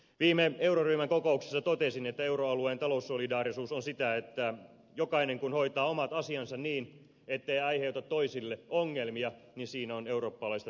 viime euroryhmän kokouksessa totesin että euroalueen taloussolidaarisuus on sitä että kun jokainen hoitaa omat asiansa niin ettei aiheuta toisille ongelmia niin siinä on eurooppalaista talouspolitiikan solidaarisuutta